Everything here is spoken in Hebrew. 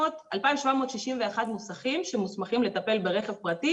2,761 מוסכים שמוסמכים לטפל ברכב פרטי